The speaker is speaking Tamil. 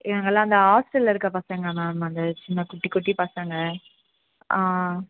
இவங்களெலாம் அந்த ஹாஸ்டலில் இருக்க பசங்கள் மேம் அந்த என்ன குட்டி குட்டி பசங்கள் ஆ